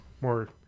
more